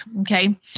okay